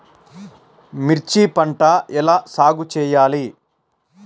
మిర్చి పంట ఎలా సాగు చేయాలి?